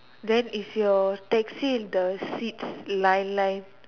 then is your taxi the seats line line